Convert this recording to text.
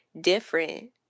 different